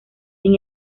sin